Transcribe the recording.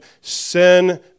sin